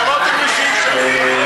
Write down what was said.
אמרתם לי שאי-אפשר.